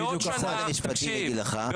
משרד המשפטים יגיד לך, זה החוק.